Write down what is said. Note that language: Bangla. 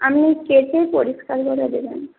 আপনি কেটে পরিষ্কার করে দেবেন